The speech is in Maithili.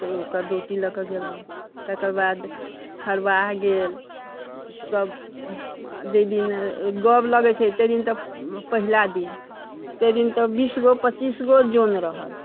तऽ ओकर रोटी लअ कऽ गेलहुँ तकर बाद हरबाह गेल सब जाहि दिन गब लगै छै तै दिन तऽ पहिला दिन तै दिन तऽ बीस गो पचीस गो जन रहल